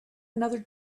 another